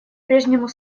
прежнему